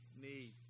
need